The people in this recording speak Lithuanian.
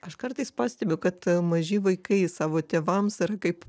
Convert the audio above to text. aš kartais pastebiu kad maži vaikai savo tėvams ar kaip